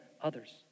others